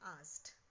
asked